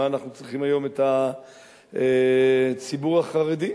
אנחנו צריכים היום לגייס את הציבור החרדי?